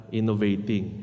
innovating